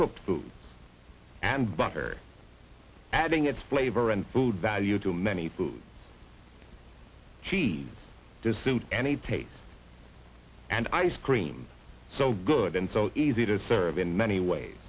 cook food and butter adding its flavor and food value to many foods she does suit any taste and ice cream so good and so easy to serve in many